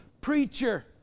preacher